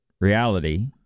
reality